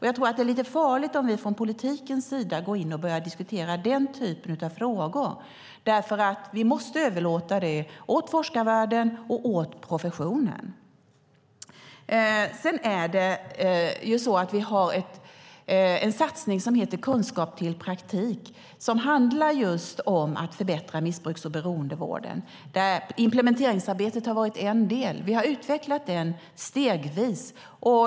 Jag tror att det är lite farligt om vi från politikens sida går in och börjar diskutera den typen av frågor. Vi måste överlåta det åt forskarvärlden och åt professionen. Vi har en satsning som heter Kunskap till praktik som handlar just om att förbättra missbruks och beroendevården, där implementeringsarbetet har varit en del. Vi har utvecklat den stegvis.